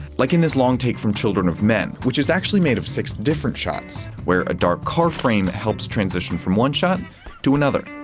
like in this long take from children of men which is actually made of six different shots where a dark car frame helps transition from one shot to another.